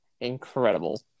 incredible